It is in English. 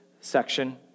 section